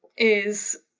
is